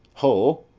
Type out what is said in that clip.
ho!